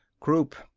croup,